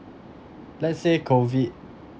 let's say COVID